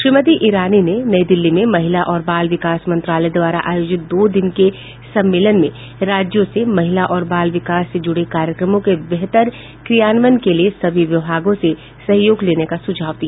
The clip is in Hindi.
श्रीमती ईरानी ने नई दिल्ली में महिला और बाल विकास मंत्रालय द्वारा आयोजित दो दिन के सम्मेलन में राज्यों से महिला और बाल विकास से जुड़े कार्यक्रमों के बेहतर क्रियान्वयन के लिए सभी विभागों से सहयोग लेने का सुझाव दिया